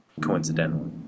coincidentally